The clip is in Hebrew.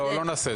לא נעשה את זה.